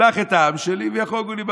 שלח את העם שלי, ויחוגו לי במדבר.